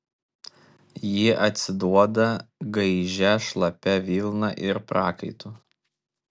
ji atsiduoda gaižia šlapia vilna ir prakaitu